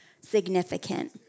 significant